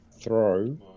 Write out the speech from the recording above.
throw